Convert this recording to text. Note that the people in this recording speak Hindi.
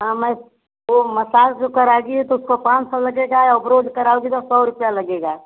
हाँ मैं वो मसाज जो कराती है तो उसको पाँच सौ लगेगा अबरोज़ कराओगी तो सौ रुपया लगेगा